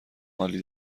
عالی